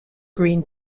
green